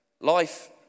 Life